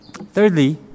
Thirdly